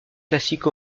classiques